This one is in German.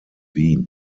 wien